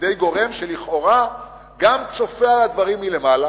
על-ידי גורם שלכאורה גם צופה על הדברים מלמעלה